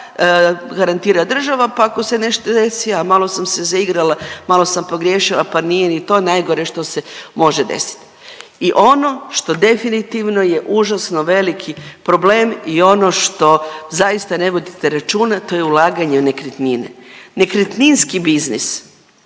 garantira država, pa ako se nešto desi, a malo sam se zaigrala, malo sam pogriješila, pa nije ni to najgore što se može desit. I ono što definitivno je užasno veliki problem i ono što zaista ne vodite računa to je ulaganje u nekretnine. Nekretninski biznis